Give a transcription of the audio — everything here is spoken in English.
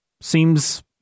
seems